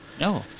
No